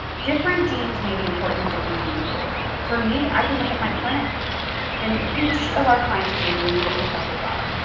different genes may be important in different gene pools. for me, i can look at my clinic and each of our clients is a unique and special flower.